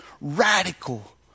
radical